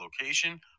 location